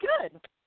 good